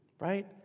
right